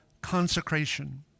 consecration